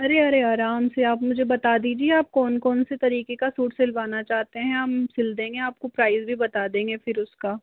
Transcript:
अरे अरे आराम से आप मुझे बता दीजिए आप कौन कौन से तरीके का सूट सिलवाना चाहते हैं हम सील देंगे आपको प्राइस भी बता देंगे फिर उसका